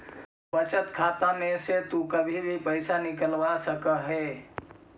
बचत खाता में से तु कभी भी पइसा निकलवा सकऽ हे